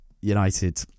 United